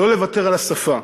לא נוותר על השפה.